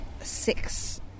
six